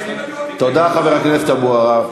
תודה, חבר הכנסת אבו עראר.